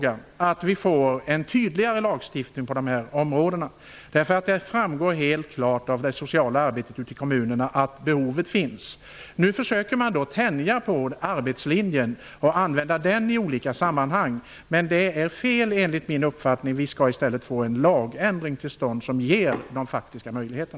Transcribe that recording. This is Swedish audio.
Att få en tydligare lagstiftning på dessa områden är en rättssäkerhetsfråga. Det framgår klart av det sociala arbetet i kommunerna att behovet finns. Nu försöker man tänja på begreppet arbetslinje och använda det i olika sammanhang. Men det är fel, enligt min uppfattning. I stället bör vi få en lagändring till stånd som ger faktiska möjligheter.